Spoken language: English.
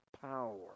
power